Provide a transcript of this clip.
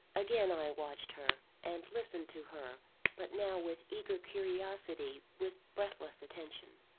again i watched her, and listened to her but now with eager curiosity, with breathless attention.